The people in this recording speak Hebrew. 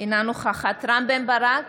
אינה נוכחת רם בן ברק,